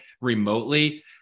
remotely